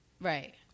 Right